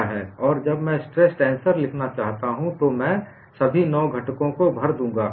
और जब मैं स्ट्रेस टेंसर लिखना चाहता हूं तो मैं सभी नौ घटकों को भर दूंगा